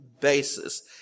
basis